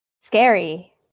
scary